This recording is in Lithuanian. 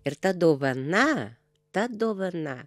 ir ta dovana ta dovana